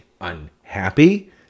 unhappy